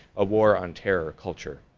a war on terror culture.